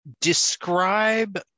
Describe